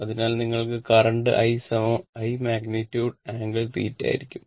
അതിനാൽ നിങ്ങൾക്ക് current I I magnitude ∟ θ ആയിരിക്കും